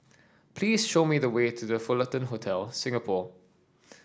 please show me the way to The Fullerton Hotel Singapore